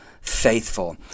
faithful